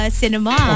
cinema